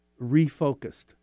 refocused